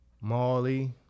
Molly